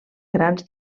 grans